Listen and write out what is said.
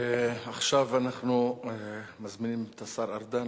עכשיו אנחנו מזמינים את השר ארדן,